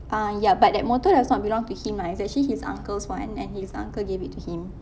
ah ya but that motor does not belong to him lah it's actually his uncle's [one] and his uncle gave it to him